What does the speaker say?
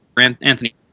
Anthony